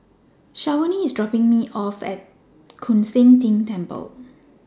Shavonne IS dropping Me off At Koon Seng Ting Temple